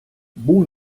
був